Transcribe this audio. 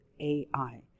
AI